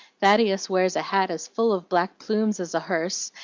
thaddeus wears a hat as full of black plumes as a hearse,